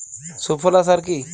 সুফলা সার কি?